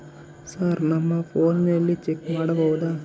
Sir ನಮ್ಮ ಫೋನಿನಲ್ಲಿ check ಮಾಡಬಹುದಾ?